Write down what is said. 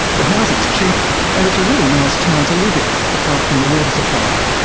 the housing's cheap and it's a really nice town to live in, apart from the water supply.